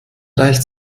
reicht